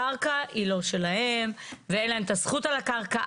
הקרקע היא לא שלהם ואין להם את הזכות על הקרקע,